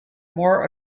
more